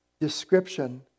description